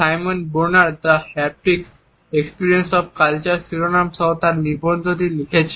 Simon Bronner the haptic experience of culture শিরোনাম সহ তার নিবন্ধটি লিখেছেন